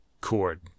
chord